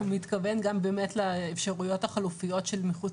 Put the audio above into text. הוא מתכוון לאפשרויות החלופיות של מחוץ